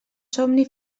somni